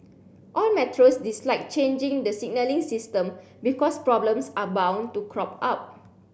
all metros dislike changing the signalling system because problems are bound to crop up